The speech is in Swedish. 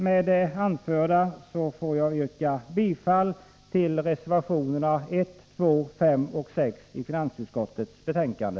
Med det anförda får jag yrka bifall till reservationerna 1, 2,5 och 6 i finansutskottets betänkande.